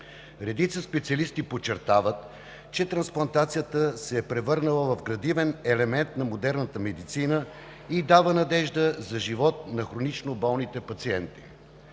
Редица специалисти подчертават, че трансплантацията се е превърнала в градивен елемент на модерната медицина и дава надежда за живот на хронично болните пациенти.